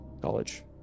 College